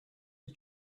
the